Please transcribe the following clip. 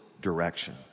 direction